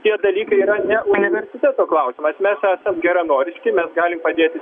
tie dalykai yra ne universiteto klausimas mes esam geranoriški mes galim padėti